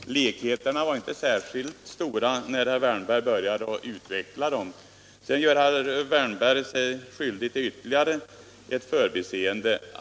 Herr talman! Likheterna var inte särskilt stora när herr Wärnberg började att utveckla dem. Sedan gör sig herr Wärnberg skyldig till ytterligare ett förbiseende.